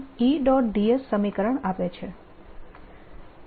ds સમીકરણ આપે છે